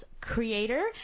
creator